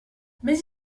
mais